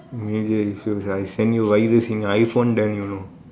immediately I send you virus in iPhone then you know